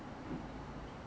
usually 我会去读